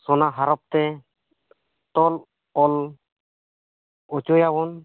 ᱥᱚᱱᱟ ᱦᱚᱨᱚᱯ ᱛᱮ ᱛᱚᱞ ᱚᱞ ᱚᱪᱚᱭᱟᱵᱚᱱ